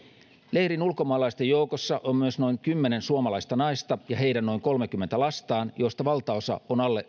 leirin ulkomaalaisten joukossa on myös noin kymmenen suomalaista naista ja heidän noin kolmeenkymmeneen lastaan joista valtaosa on alle